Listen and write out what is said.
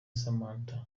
samantha